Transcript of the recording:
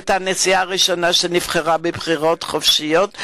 שהייתה הנשיאה הראשונה שנבחרה בבחירות חופשיות,